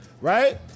right